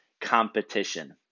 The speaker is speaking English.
competition